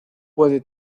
puede